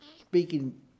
speaking